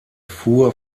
fuhr